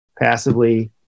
passively